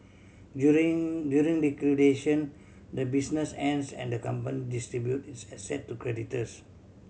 during during liquidation the business ends and the company distributes its asset to creditors